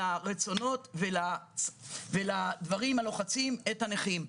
לרצונות ולדברים שלוחצים את הנכים.